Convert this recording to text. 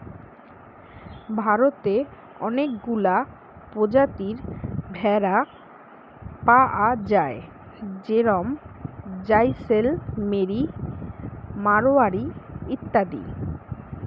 ভারতে অনেকগুলা প্রজাতির ভেড়া পায়া যায় যেরম জাইসেলমেরি, মাড়োয়ারি ইত্যাদি